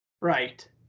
Right